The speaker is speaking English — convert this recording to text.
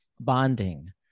bonding